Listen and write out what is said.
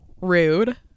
Rude